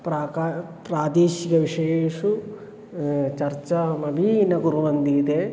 प्राका प्रादेशिकविषयेषु चर्चामपि न कुर्वन्ति इति